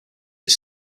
its